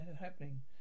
happening